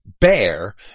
bear